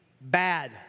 bad